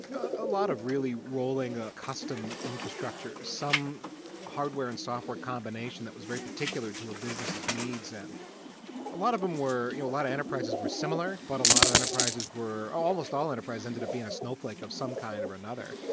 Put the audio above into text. a a lot of really rolling custom infrastructures, some hardware and software combination that was very particular to a business' needs and a lot of them were you know a lot of enterprises were similar, but a lot of enterprises were almost all enterprise ended up being a snowflake of some kind or another.